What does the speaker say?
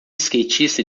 skatista